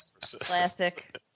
Classic